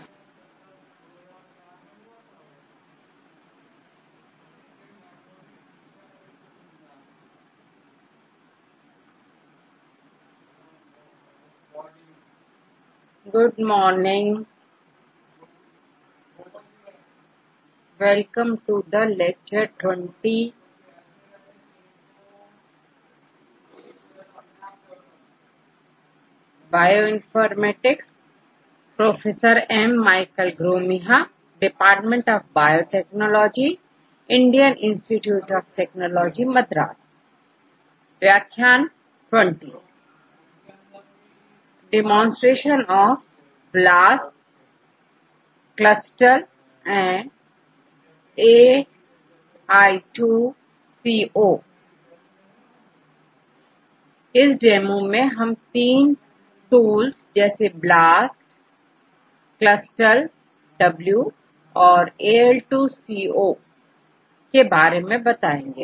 इस डेमो में हम 3 टूल्स जैसे BLAST CLUSTAL W and AL2CO के बारे में बताएंगे